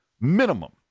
minimum